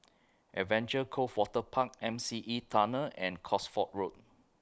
Adventure Cove Waterpark M C E Tunnel and Cosford Road